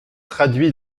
traduit